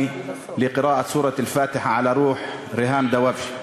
לקרוא את סורת אל-פאתחה לעילוי נשמתה של ריהאם דוואבשה).